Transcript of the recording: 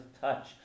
touch